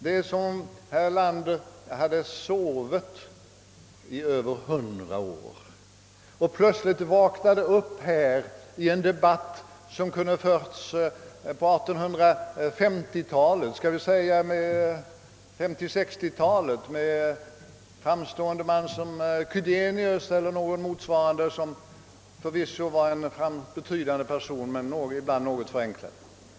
— Det är som om herr Erlander hade sovit i över hundra år och plötsligt vaknade upp här i en debatt som kunde ha förts på 1850 eller 1860-talet eller hundra år tidigare med en framstående man som Chydenius, vilken förvisso var en betydande person men ibland något förenklad.